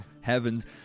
Heavens